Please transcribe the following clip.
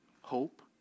hope